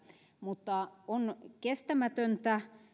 mutta on kestämätöntä